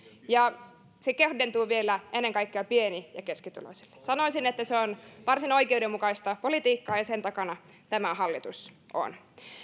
ja se kohdentuu vielä ennen kaikkea pieni ja keskituloisille sanoisin että se on varsin oikeudenmukaista politiikkaa ja sen takana tämä hallitus on